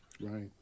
Right